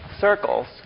circles